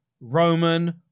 Roman